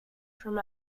from